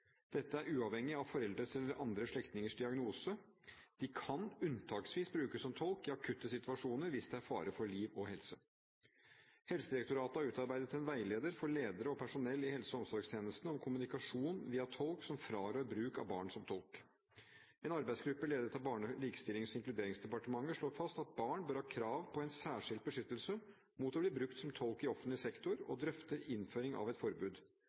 Dette er uavhengig av foreldres eller andre slektningers diagnose. De kan unntaksvis brukes som tolk i akutte sitasjoner hvis det er fare for liv og helse. Helsedirektoratet har utarbeidet en veileder for ledere og personell i helse- og omsorgstjenestene om kommunikasjon via tolk som frarår bruk av barn som tolk. En arbeidsgruppe ledet av Barne-, likestillings- og inkluderingsdepartementet slår fast at barn bør ha krav på en særskilt beskyttelse mot å bli brukt som tolk i offentlig sektor og drøfter innføring av et forbud.